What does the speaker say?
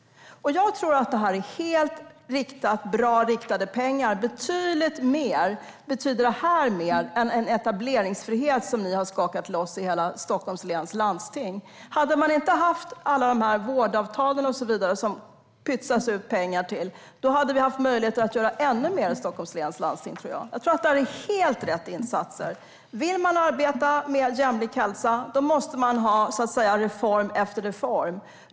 Jag tror att det här är väl riktade pengar som betyder mycket mer än den etableringsfrihet som ni har skakat loss i hela Stockholms läns landsting. Hade man inte haft alla de här vårdavtalen och så vidare som det pytsas ut pengar till hade vi haft möjligheter att göra ännu mer i Stockholms läns landsting, tror jag. Jag tror att det här är helt rätt insatser. Vill man arbeta med jämlik hälsa måste man genomföra reform efter reform.